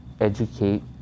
educate